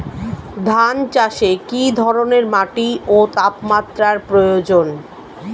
ধান চাষে কী ধরনের মাটি ও তাপমাত্রার প্রয়োজন?